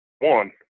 One